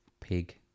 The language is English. pig